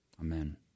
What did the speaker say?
Amen